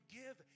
give